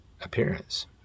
appearance